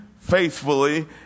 faithfully